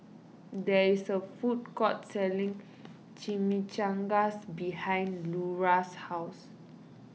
there is a food court selling Chimichangas behind Lura's house